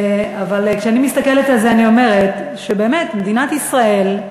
אבל כשאני מסתכלת על זה אני אומרת שמדינת ישראל,